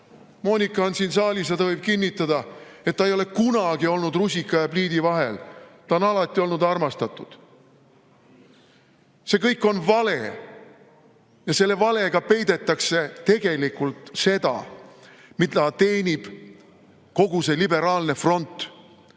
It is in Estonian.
Moonika on siin saalis ja ta võib kinnitada, et ta ei ole kunagi olnud rusika ja pliidi vahel. Ta on alati olnud armastatud. See kõik on vale ja selle valega peidetakse tegelikult seda, mida teenib kogu see liberaalne front: